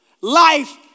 Life